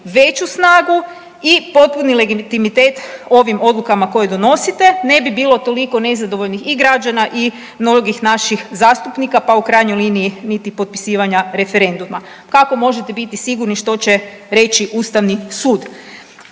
veću snagu i potpuni legitimitet ovim odlukama koje donosite, ne bi bilo toliko nezadovoljnih i građana i mnogih naših zastupnika, pa u krajnjoj liniji niti potpisivanja referenduma. Kako možete bitni sigurni što će reći ustavni sud?